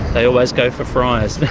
they always go for fries.